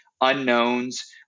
unknowns